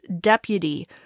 Deputy